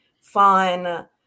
fun